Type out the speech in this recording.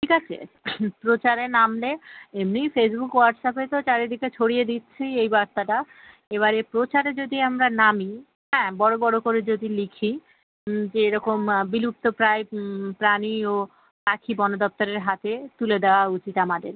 ঠিক আছে প্রচারে নামলে এমনিই ফেসবুক হোয়াটসআপে তো চারিদিকে ছড়িয়ে দিচ্ছি এই বার্তাটা এবারে প্রচারে যদি আমরা নামি হ্যাঁ বড়ো বড়ো করে যদি লিখি যে এরকম বিলুপ্ত প্রায় প্রাণী ও পাখি বন দপ্তরের হাতে তুলে দেওয়া উচিত আমাদের